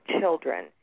children